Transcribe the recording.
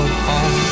home